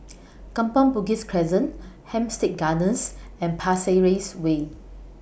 Kampong Bugis Crescent Hampstead Gardens and Pasir Ris Way